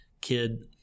kid